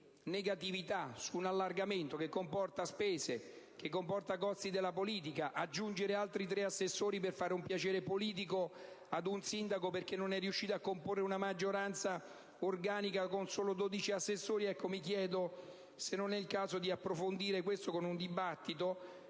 rispetto ad un allargamento che comporta spese e maggiori costi della politica. Si sono aggiunti altri tre assessori per fare un piacere politico ad un sindaco perché non è riuscito a comporre una maggioranza organica con solo 15 assessori: mi chiedo se non sia il caso di approfondire questa vicenda con un dibattito,